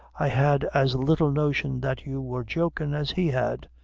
i had as little notion that you wore jokin' as he had.